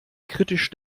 kritisch